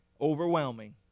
overwhelming